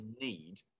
need